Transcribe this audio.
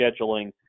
scheduling